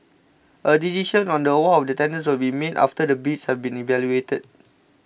a decision on the award of the tenders will be made after the bids have been evaluated